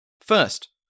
First